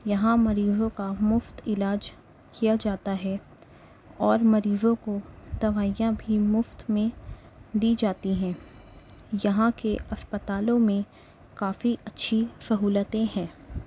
یہاں مریضوں کا مفت علاج کیا جاتا ہے اور مریضوں کو دوائیاں بھی مفت میں دی جاتی ہیں یہاں کے اسپتالوں میں کافی اچھی سہولتیں ہیں